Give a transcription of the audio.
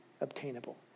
obtainable